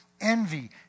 Envy